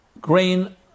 grain